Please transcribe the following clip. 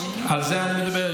על זה אני מדבר,